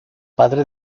padre